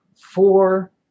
four